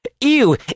Ew